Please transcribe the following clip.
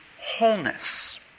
wholeness